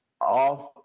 off